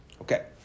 Okay